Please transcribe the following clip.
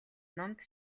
номд